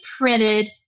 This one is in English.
printed